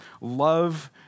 love